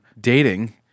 dating